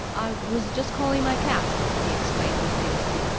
i was just calling my cat, he explained with dignity.